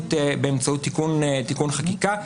באמצעות תיקון חקיקה,